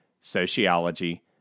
sociology